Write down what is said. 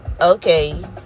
okay